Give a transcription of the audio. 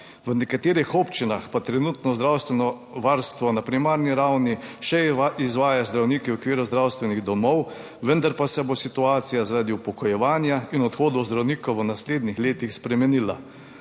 v nekaterih občinah pa trenutno zdravstveno varstvo na primarni ravni še izvajajo zdravniki v okviru zdravstvenih domov, vendar pa se bo situacija zaradi upokojevanja in odhodov zdravnikov v naslednjih letih spremenila.